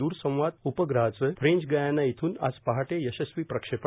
दूरसंवाद उपग्रहाचे French Guiana येथून आज पहाटे यशस्वी प्रक्षेपण